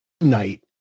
night